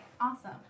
awesome